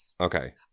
okay